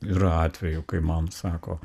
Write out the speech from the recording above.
yra atvejų kai man sako